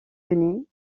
unis